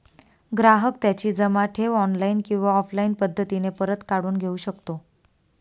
ग्राहक त्याची जमा ठेव ऑनलाईन किंवा ऑफलाईन पद्धतीने परत काढून घेऊ शकतो